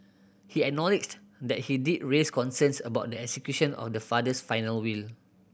he acknowledged that he did raise concerns about the execution of their father's final will